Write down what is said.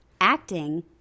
Acting